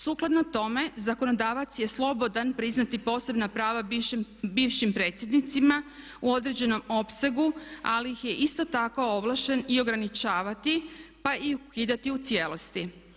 Sukladno tome zakonodavac je slobodan priznati posebna prava bivšim predsjednicima u određenom opsegu, ali ih je isto tako ovlašten i ograničavati, pa i ukidati u cijelosti.